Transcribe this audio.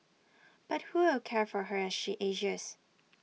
but who will care for her as she ages